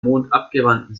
mondabgewandten